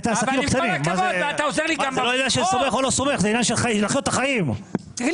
זה לא עניין של סומך או לא סומך; אנחנו חיים את העסקים הקטנים.